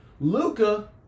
Luca